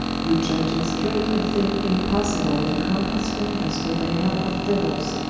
you iudge it straight a thing impossible to compasse wonders, but by helpe of diuels.